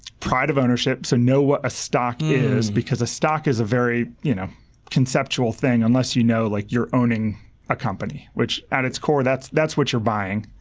pride of ownership, so know what a stock is, because a stock is a very you know conceptual thing unless you know like you're owning a company. at its core that's that's what you're buying.